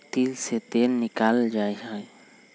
तिल से तेल निकाल्ल जाहई